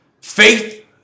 Faith